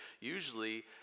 usually